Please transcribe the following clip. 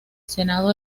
senado